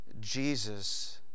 Jesus